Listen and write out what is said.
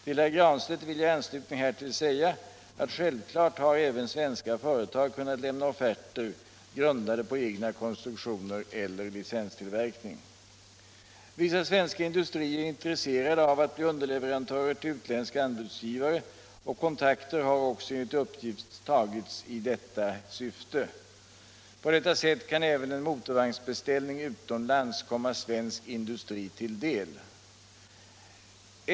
Till herr Granstedt vill jag i anslutning härtill säga att självfallet har även svenska företag kunnat lämna offerter grundade på egna konstruktioner eller licenstillverkning. Vissa svenska industrier är intresserade av att bli underleverantörer till utländska anbudsgivare och kontakter har också enligt uppgift tagits i detta syfte. På så sätt kan även en motorvagnsbeställning utomlands komma svensk industri till del.